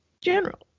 general